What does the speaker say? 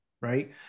right